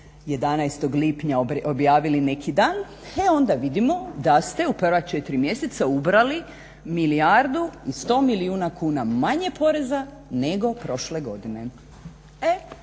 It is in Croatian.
11. lipnja objavili neki dan e onda vidimo da ste u prva 4 mjeseca ubrali milijardu i sto milijuna kuna manje poreza nego prošle godine.